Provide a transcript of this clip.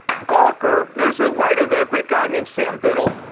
gawker, there was a writer there, a great guy named sam biddle.